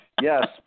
Yes